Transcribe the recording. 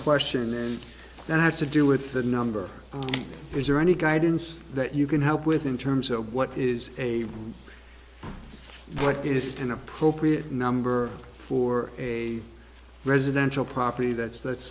question and that has to do with the number is there any guidance that you can help with in terms of what is a what is an appropriate number for a residential property that's